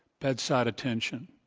bedside attention,